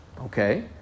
Okay